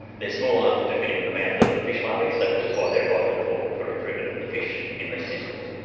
they are small enough to fit in the mouth of fish larvae, so which is why they are vitally important for recruitment of the fish in the systems.